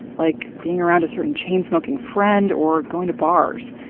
like being around a certain chain-smoking friend or going to bars.